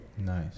Nice